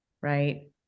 right